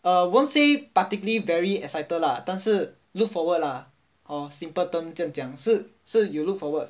uh won't say particularly very excited lah 但是:danshi look forward lah hor simple term 这样讲是有 look forward